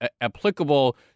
applicable